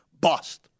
bust